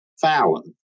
Fallon